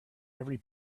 every